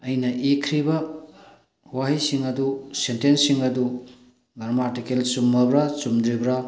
ꯑꯩꯅ ꯏꯈ꯭ꯔꯤꯕ ꯋꯥꯍꯩꯁꯤꯡ ꯑꯗꯨ ꯁꯦꯟꯇꯦꯟꯁꯁꯤꯡ ꯑꯗꯨ ꯒ꯭ꯔꯃꯥꯔꯇꯤꯀꯦꯜ ꯆꯨꯝꯃꯕ꯭ꯔꯥ ꯆꯨꯝꯗ꯭ꯔꯤꯕ꯭ꯔꯥ